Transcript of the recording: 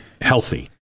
healthy